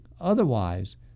otherwise